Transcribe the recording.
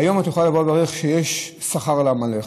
היום את יכולה לבוא ולברך שיש שכר לעמלך.